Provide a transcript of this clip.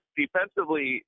defensively